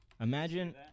Imagine